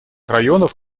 районов